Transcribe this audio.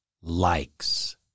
likes